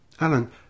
Alan